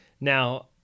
Now